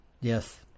Yes